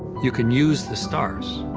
you can use the stars.